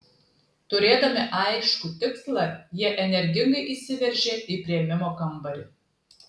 turėdami aiškų tikslą jie energingai įsiveržė į priėmimo kambarį